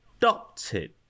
adopted